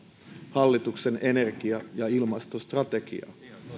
hallituksen energia ja ilmastostrategiaa